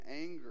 anger